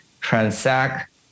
transact